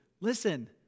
listen